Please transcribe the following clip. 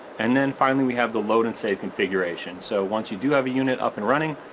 and then finally we have the load and save configuration, so once you do have a unit up and running,